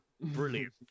Brilliant